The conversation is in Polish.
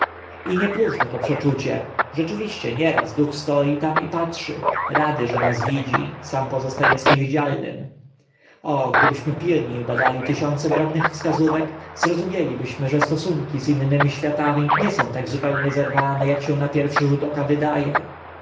i niepróżne to przeczucie rzeczywiście nieraz duch stoi tam i patrzy rad że nas widzi sam pozosta ąc niewidzialnym o gdybyśmy pilnie badali tysiące drobnych wskazówek zrozumielibyśmy że stosunki z innymi światami nie są tak zupełnie zerwane ak się na pierwszy rzut oka wydae